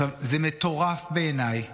זה מטורף בעיניי